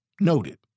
noted